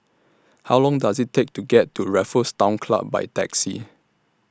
How Long Does IT Take to get to Raffles Town Club By Taxi